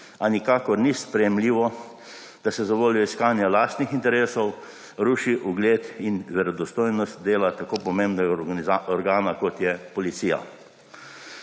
a nikakor ni sprejemljivo, da se zavoljo iskanja lastnih interesov ruši ugled in verodostojnost dela tako pomembnega organa, kot je Policija.